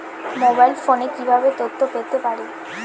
Mobile ফোনে কিভাবে তথ্য পেতে পারি?